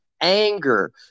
anger